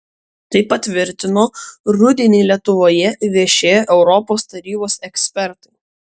tai patvirtino rudenį lietuvoje viešėję europos tarybos ekspertai